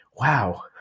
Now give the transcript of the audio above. Wow